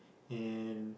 and